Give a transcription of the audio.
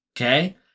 okay